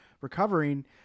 recovering